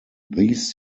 these